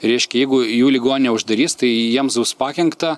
reiškia jeigu jų ligoninę uždarys tai jiems bus pakenkta